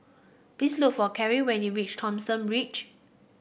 please look for Cary when you reach Thomson Ridge